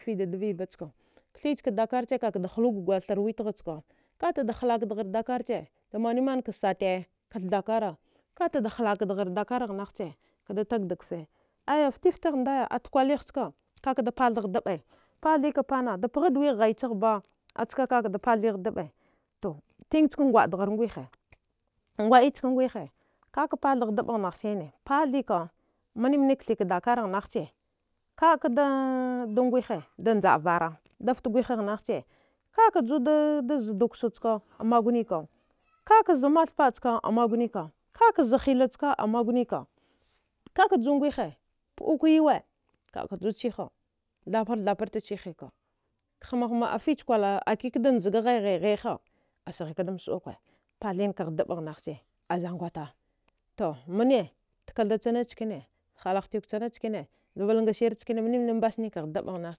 keha deviya ca, kithca dakara, kaka ka ghaluwe ga thuwita chaka, ka ti da haldara dakarace da mane mane ka sata kath dakara, ka tida haldara naha cha tida kfe aya fiti fititi ndaya tikwila gha ski ka ka da patha hadmabe, pathe ka pana da paha da wi ha a ohaya ci ba, ka ka da pathe hadmbe, to tige ska gwadara gwiha, gwalicha gwiha ka ka pathe hadmba naha sine, pathe ka mne mne kethka dakara nahaci ka da gwihe, da njada vara da fiti gwihe nhaci, ka ka ju da za dawassa chaka muguna ka za mthapa maguna ka kaza hiliya chaka maguna ka, ka ka juw bwihi, puduka ye yuwe ka ka ju chiha zthhrate thabrate chiheka hm hm fici ikwara da kila da nje hahaya ha a sihi ka da mba suku a nathana ka hadmba naha ci, zangata to mne da ketha e thineke hallatikwe nickere vilagre nickene mne mnie a mbasaya ka hadmba naha ci